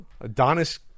Adonis